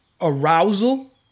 arousal